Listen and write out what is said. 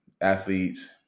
athletes